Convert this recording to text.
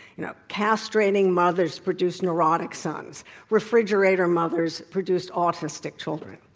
you know, castrating mothers produce neurotic sons refrigerator mothers produce autistic children.